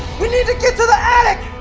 we need to get to the attic!